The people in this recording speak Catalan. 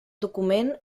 document